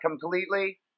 completely